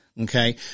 okay